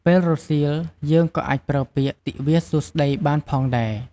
ពេលរសៀល យើងក៏អាចប្រើពាក្យ "ទិវាសួស្តី"បានផងដែរ។